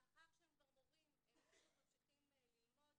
לאחר שהם כבר מורים הם פשוט ממשיכים ללמוד